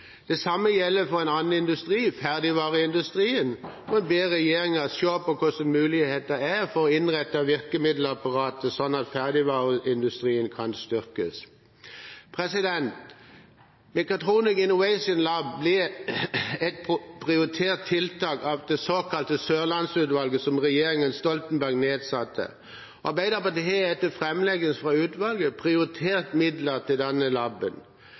Det samme gjelder for en annen industri, ferdigvareindustrien, hvor en ber regjeringen se på hvordan det er mulig å innrette virkemiddelapparatet slik at ferdigvareindustrien kan styrkes. Mechatronics Innovation Lab ble et prioritert tiltak av det såkalte Sørlandsutvalget, som regjeringen Stoltenberg nedsatte. Arbeiderpartiet har etter framleggelsen fra utvalget prioritert midler til